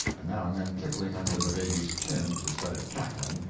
and now and then tickling under the baby's chin to set it cackling,